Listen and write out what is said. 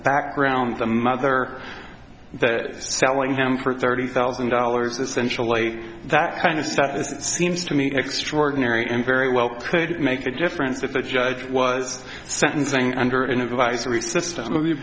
background the mother that selling him for thirty thousand dollars essentially that kind of stuff this seems to me extraordinary and very well could make a difference if the judge was sentencing under an advisory system